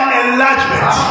enlargement